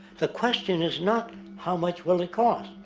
the question is not how much will it cost.